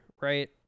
right